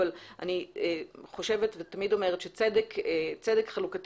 אבל אני חושבת ותמיד אומרת שצדק חלוקתי